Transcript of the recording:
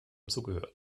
zugehört